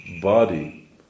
body